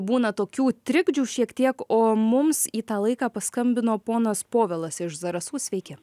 būna tokių trikdžių šiek tiek o mums į tą laiką paskambino ponas povilas iš zarasų sveiki